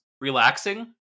relaxing